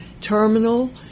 terminal –